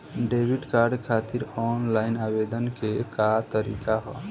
Debit card खातिर online आवेदन के का तरीकि ह?